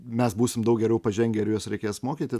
mes būsim daug geriau pažengę ir juos reikės mokyti